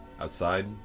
outside